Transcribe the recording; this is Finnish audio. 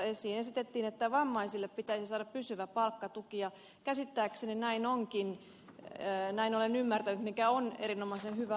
esitettiin että vammaisille pitäisi saada pysyvä palkkatuki ja käsittääkseni näin onkin näin olen ymmärtänyt mikä on erinomaisen hyvä asia